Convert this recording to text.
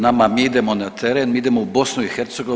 Nama, mi idemo na teren, mi idemo u BiH.